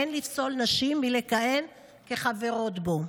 אין לפסול נשים מלכהן כחברות בו.